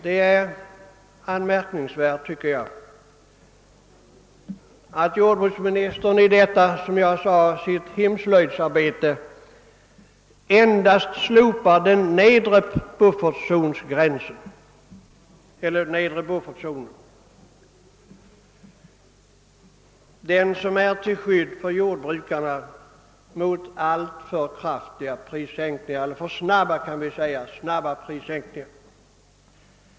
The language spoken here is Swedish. Det är anmärkningsvärt, att jordbruksministern i detta — som jag sade — sitt hemslöjdsarbete endast slopar den nedre buffertzonen, den som är till skydd för jordbrukarna mot alltför hastiga prissänkningar.